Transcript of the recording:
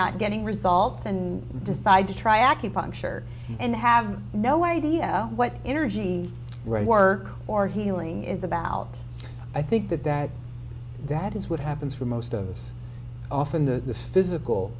not getting results and decide to try acupuncture and have no idea what energy right work or healing is about i think that that that is what happens for most those often the physical